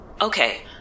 Okay